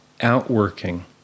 outworking